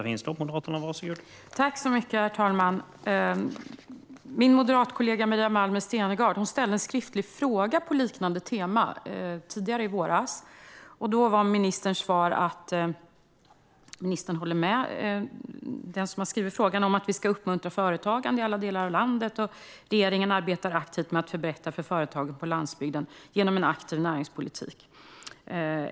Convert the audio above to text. Herr talman! Min moderatkollega Maria Malmer Stenergard ställde en skriftlig fråga på liknande tema tidigare i våras. Då var ministerns svar att hon håller med frågeställaren om att företagande ska uppmuntras i alla delar av landet, och regeringen arbetar med att förbättra för företagen på landsbygden genom en aktiv näringspolitik.